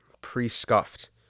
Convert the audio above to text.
pre-scuffed